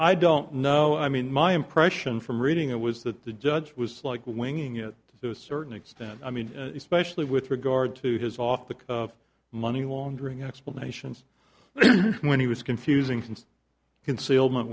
i don't know i mean my impression from reading it was that the judge was like winging it to a certain extent i mean especially with regard to his off the money laundering explanations when he was confusing since concealment